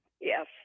Yes